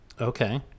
Okay